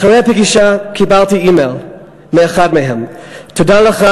אחרי הפגישה קיבלתי אימייל מאחד מהם: תודה לך,